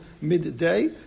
midday